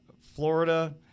Florida